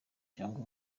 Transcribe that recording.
cyangwa